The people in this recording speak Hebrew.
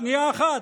באמת, שנייה אחת,